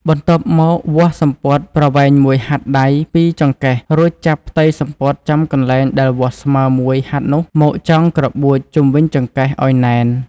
បន្ទាប់មកវាស់សំពត់ប្រវែងមួយហាត់ដៃពីចង្កេះរួចចាប់ផ្ទៃសំពត់ចំកន្លែងដែលវាស់ស្មើមួយហាត់នោះមកចងក្របួចជុំវិញចង្កេះឲ្យណែន។